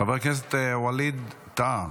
חבר הכנסת ווליד טאהא,